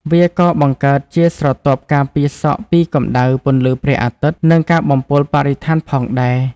វាក៏បង្កើតជាស្រទាប់ការពារសក់ពីកម្ដៅ ពន្លឺព្រះអាទិត្យ និងការបំពុលបរិស្ថានផងដែរ។